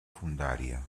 fondària